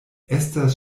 estas